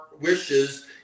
wishes